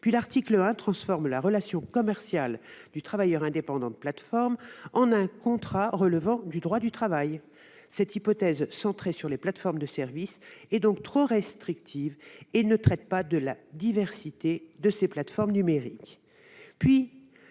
l'article 1 transforme la relation commerciale du travailleur indépendant de plateforme en un contrat relevant du droit du travail. Cette hypothèse, centrée sur les plateformes de services, est trop restrictive et fait fi de la diversité des plateformes numériques.